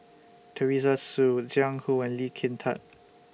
Teresa Hsu Jiang Hu and Lee Kin Tat